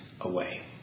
away